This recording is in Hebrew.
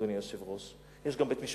אדוני היושב-ראש, יש גם בית-משפט.